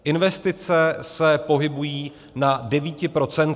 Investice se pohybují na 9 %.